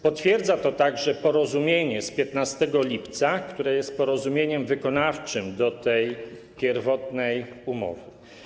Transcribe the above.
Potwierdza to także porozumienie z 15 lipca, które jest porozumieniem wykonawczym do tej pierwotnej umowy.